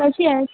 कशी आहेस